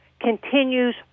continues